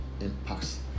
impacts